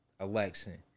election